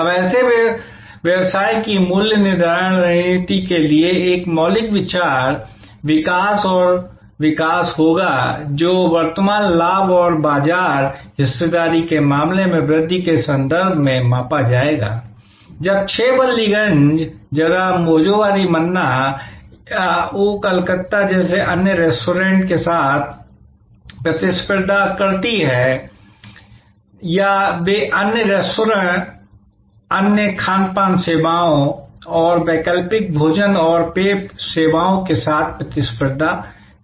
अब ऐसे व्यवसाय की मूल्य निर्धारण रणनीति के लिए एक मौलिक विचार विकास और विकास होगा जो वर्तमान लाभ और बाजार हिस्सेदारी के मामले में वृद्धि के संदर्भ में मापा जाएगा जब 6 बल्लीगंज जगह भोजहोरी मन्ना या ओ कलकत्ता जैसे अन्य रेस्तरां के साथ प्रतिस्पर्धा करती है या वे अन्य रेस्तरां अन्य खानपान सेवाओं और वैकल्पिक भोजन और पेय सेवाओं के साथ प्रतिस्पर्धा करते हैं